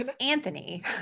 Anthony